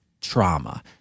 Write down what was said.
trauma